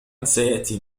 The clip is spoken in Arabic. سيأتي